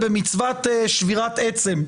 בהנחה שזה אפשרי לעשות את זה,